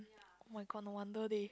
oh-my-god no wonder they